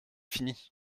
fini